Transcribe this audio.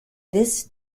this